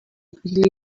quickly